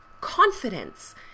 confidence